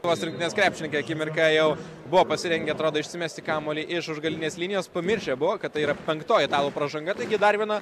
vos rinktinės krepšininkai akimirką jau buvo pasirengę atrodo išsimesti kamuolį iš už galinės linijos pamiršę buvo kad tai yra penktoji pražanga taigi dar viena